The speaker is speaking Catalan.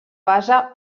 base